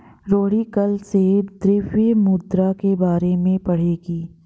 रोहिणी कल से द्रव्य मुद्रा के बारे में पढ़ेगी